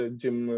gym